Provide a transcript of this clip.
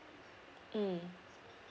mm